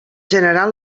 general